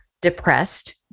Depressed